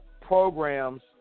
programs